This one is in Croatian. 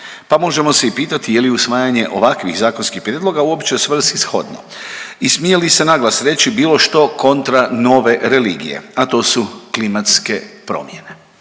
pa možemo se i pitati je li usvajanje ovakvih zakonskih prijedloga uopće svrsishodno i smije li se naglas reći bilo što kontra nove religije, a to su klimatske promjene.